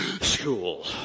School